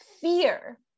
fear